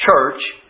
church